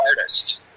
artist